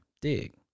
dig